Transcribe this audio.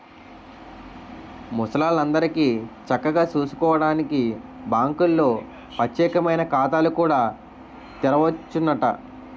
ముసలాల్లందరికీ చక్కగా సూసుకోడానికి బాంకుల్లో పచ్చేకమైన ఖాతాలు కూడా తెరవచ్చునట